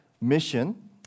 mission